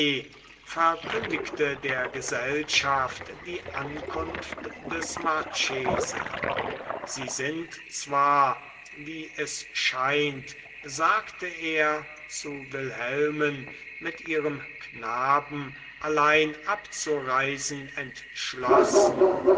verkündigte der gesellschaft die ankunft des marchese sie sind zwar wie es scheint sagte er zu wilhelmen mit ihrem knaben allein abzureisen entschlossen